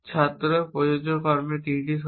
ছাত্র প্রযোজ্য কর্মের 3টি শর্ত